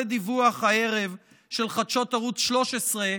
זה דיווח הערב של חדשות ערוץ 13,